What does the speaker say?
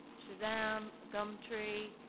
shazam, gumtree,